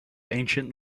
ancient